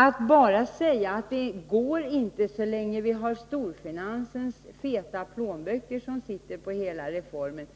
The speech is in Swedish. Att bara säga att det inte går så länge vi har storfinansens feta plånböcker som sitter på reformen